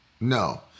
No